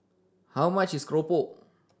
how much is keropok